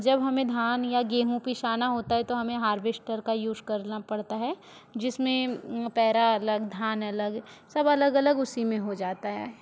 जब हमें धान या गेहूँ पिसाना होता है तो हमें हार्वेस्टर का यूज़ करना पड़ता है जिसमें पैरा अलग धान अलग सब अलग अलग उसी में हो जाता है